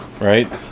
Right